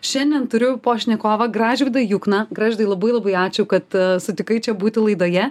šiandien turiu pašnekovą gražvydą jukną gražvydai labai labai ačiū kad sutikai čia būti laidoje